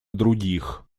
других